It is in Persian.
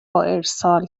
ارسال